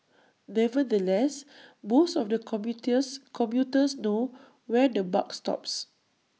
nevertheless most of the commuters know where the buck stops